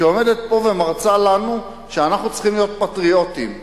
היא עומדת פה ומרצה לנו שאנחנו צריכים להיות פטריוטים.